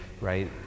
right